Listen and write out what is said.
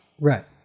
Right